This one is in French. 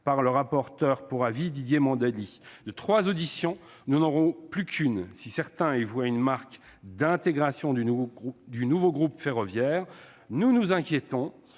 par le rapporteur pour avis Didier Mandelli. De trois auditions, nous ne conservons qu'une. Si certains y voient une marque d'intégration du nouveau groupe ferroviaire, nous nous inquiétons